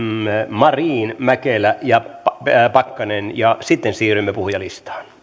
marin mäkelä ja pakkanen ja sitten siirrymme puhujalistaan